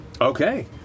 Okay